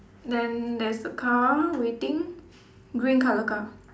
then there's a car waiting green colour car